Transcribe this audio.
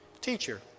Teacher